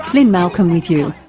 lynne malcolm with you.